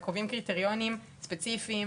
הם קובעים קריטריונים ספציפיים,